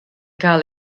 cael